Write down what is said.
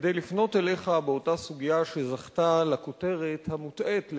כדי לפנות אליך באותה סוגיה שזכתה לכותרת המוטעית,